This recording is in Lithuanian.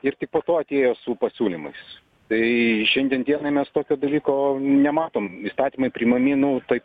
ir tik po to atėjo su pasiūlymais tai šiandien dienai mes tokio dalyko nematom įstatymai priimami notoje